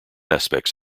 aspects